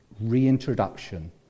reintroduction